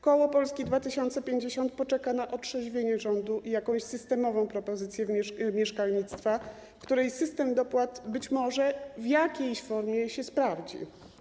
Koło Polska 2050 poczeka na otrzeźwienie rządu i jakąś systemową propozycję dotyczącą mieszkalnictwa, której system dopłat być może w jakiejś formie się sprawdzi.